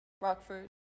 Rockford